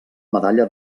medalla